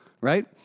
Right